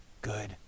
good